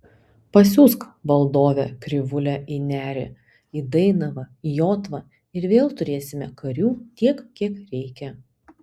pasiųsk valdove krivūlę į nerį į dainavą į jotvą ir vėl turėsime karių tiek kiek reikia